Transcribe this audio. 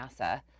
NASA